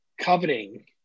coveting